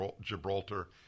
Gibraltar